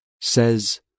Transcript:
says